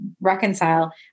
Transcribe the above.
reconcile